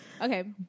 okay